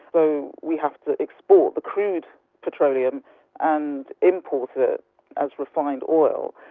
but so we have to export the crude petroleum and import it as refined oil.